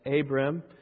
Abram